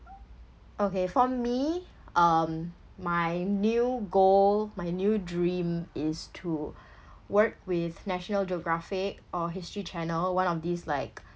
okay for me um my new goal my new dream is to work with national geographic or history channel one of these like